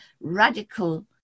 radical